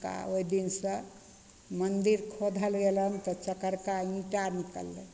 आओर ओहि दिनसे मन्दिर खोधल गेलनि तऽ चकरका ईंटा निकललै